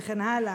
וכן הלאה.